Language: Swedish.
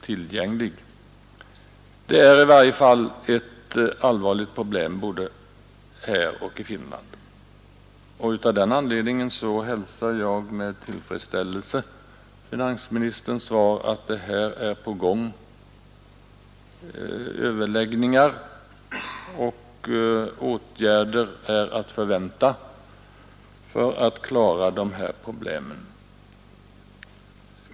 Missbruket av T-sprit är i varje fall ett allvarligt problem både här och i Finland. Av den anledningen hälsar jag med tillfredsställelse finans motverka missbru att komma till rätta med levnadskostnadsproblemen för vanliga inkomsttagare ministerns svar att överläggningar är på gång och att åtgärder är att förvänta för att lösa dessa problem.